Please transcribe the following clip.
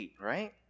right